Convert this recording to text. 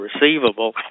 receivable